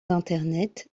d’internet